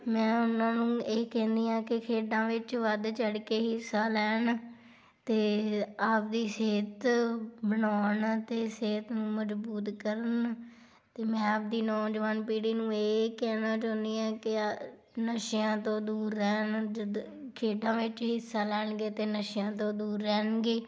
ਮੈਂ ਉਹਨਾਂ ਨੂੰ ਇਹ ਕਹਿੰਦੀ ਹਾਂ ਕਿ ਖੇਡਾਂ ਵਿੱਚ ਵੱਧ ਚੜ ਕੇ ਹਿੱਸਾ ਲੈਣ ਅਤੇ ਆਪਦੀ ਸਿਹਤ ਬਣਾਉਣ ਅਤੇ ਸਿਹਤ ਨੂੰ ਮਜ਼ਬੂਤ ਕਰਨ ਅਤੇ ਮੈਂ ਆਪਦੀ ਨੌਜਵਾਨ ਪੀੜ੍ਹੀ ਨੂੰ ਇਹ ਕਹਿਣਾ ਚਾਹੁੰਦੀ ਹਾਂ ਕਿ ਆ ਨਸ਼ਿਆਂ ਤੋਂ ਦੂਰ ਰਹਿਣ ਜਦੋਂ ਖੇਡਾਂ ਵਿੱਚ ਹਿੱਸਾ ਲੈਣਗੇ ਤਾਂ ਨਸ਼ਿਆਂ ਤੋਂ ਦੂਰ ਰਹਿਣਗੇ